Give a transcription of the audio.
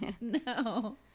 No